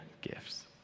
gifts